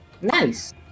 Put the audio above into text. Nice